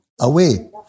away